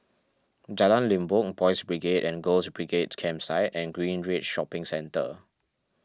Jalan Limbok Boys Brigade and Girls Brigade Campsite and Greenridge Shopping Centre